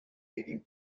waiting